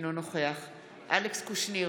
אינו נוכח אלכס קושניר,